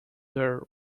their